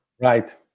Right